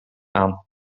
aan